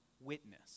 witness